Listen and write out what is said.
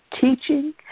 teaching